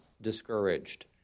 discouraged